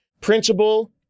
Principal